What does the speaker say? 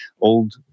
old